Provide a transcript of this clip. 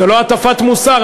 זו לא הטפת מוסר,